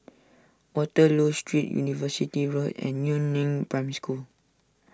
Waterloo Street University Road and Yu Neng Primary School